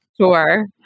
Sure